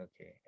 okay